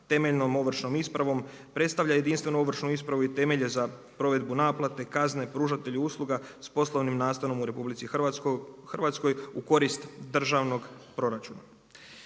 temeljnom ovršnom ispravom predstavlja jedinstvu ovršnu ispravu i temelje za provedbu naplate kazne pružatelju usluga s poslovnim nastanom u RH u korist državnog proračuna.